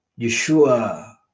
Yeshua